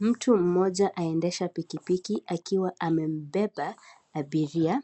Mtu mmoja aendesha pikipiki akiwa amebeba abiria.